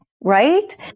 Right